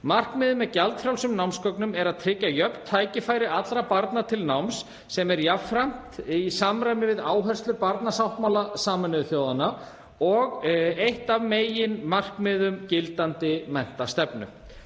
Markmið með gjaldfrjálsum námsgögnum er að tryggja jöfn tækifæri allra barna til náms, sem er jafnframt í samræmi við áherslur barnasáttmála Sameinuðu þjóðanna og við eitt af markmiðum gildandi menntastefnu.